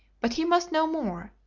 but he must know more.